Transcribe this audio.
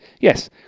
Yes